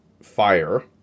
fire